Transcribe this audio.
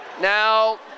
Now